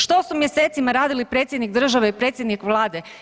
Što su mjesecima radili predsjednik države i predsjednik Vlada?